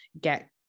get